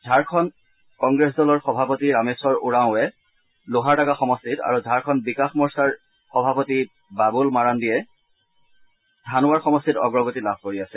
Jharkhand Congress দলৰ সভাপতি ৰামেখৰ ওৰাওঁৰে লোহাৰডাগা সমষ্টিত আৰু ঝাৰখণ্ড বিকাশ মৰ্চাৰ সভাপতি বাবুল মাৰাণ্ডীয়ে ধানোৱাৰ সমষ্টিত অগ্ৰগতি লাভ কৰি আছে